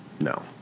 No